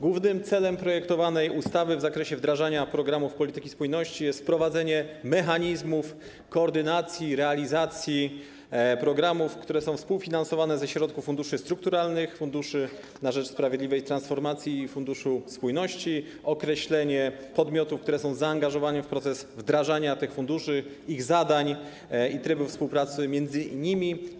Głównym celem projektowanej ustawy w zakresie wdrażania programów polityki spójności jest wprowadzenie mechanizmów koordynacji i realizacji programów, które są współfinansowane ze środków funduszy strukturalnych: Funduszu na rzecz Sprawiedliwej Transformacji i Funduszu Spójności, określenie podmiotów, które są zaangażowane w proces wdrażania tych funduszy, ich zadań i trybu współpracy między nimi.